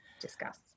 discuss